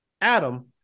Adam